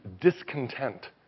discontent